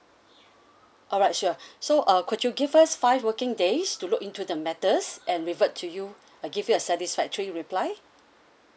alright sure so uh could you give us five working days to look into the matters and revert to you uh give you a satisfactory reply